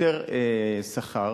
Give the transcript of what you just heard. יותר שכר